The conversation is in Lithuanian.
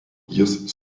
jis